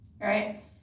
right